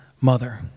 mother